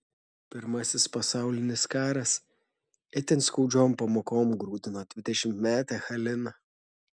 pirmasis pasaulinis karas itin skaudžiom pamokom grūdino dvidešimtmetę haliną